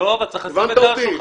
הבנת אותי,